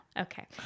Okay